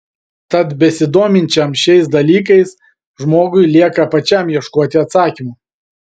tad besidominčiam šiais dalykais žmogui lieka pačiam ieškoti atsakymų